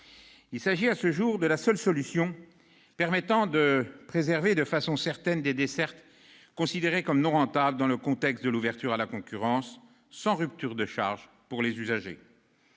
Il s'agit, à ce jour, de la seule solution permettant de préserver de façon certaine des dessertes considérées comme non rentables dans le contexte de l'ouverture à la concurrence, sans rupture de charge pour les usagers.